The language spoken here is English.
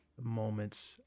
moments